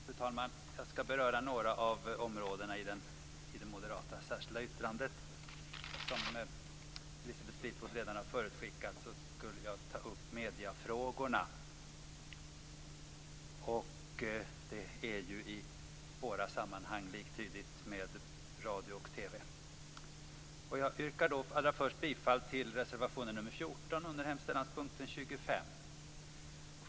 Fru talman! Jag skall beröra några av områdena i det moderata särskilda yttrandet som Elisabeth Fleetwood redan har förutskickat. Sedan vill jag ta upp mediefrågorna, och det är ju i våra sammanhang liktydigt med radio och TV. Allra först vill jag dock yrka bifall till reservation 14 under hemställanspunkt 25.